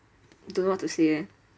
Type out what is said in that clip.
don't know what to say eh